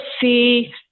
see